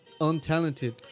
untalented